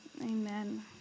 amen